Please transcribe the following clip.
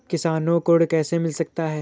किसानों को ऋण कैसे मिल सकता है?